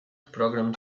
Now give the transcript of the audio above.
program